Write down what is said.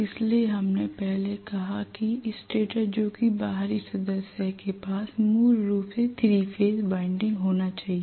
इसलिए हमने पहले कहा कि स्टेटर जो कि बाहरी सदस्य है के पास मूल रूप से 3 फेज वाइंडिंग होना चाहिए